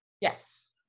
Yes